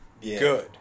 good